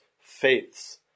faiths